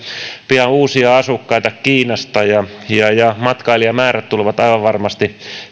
uusia asukkaita kiinasta ja ja matkailijamäärät tulevat aivan varmasti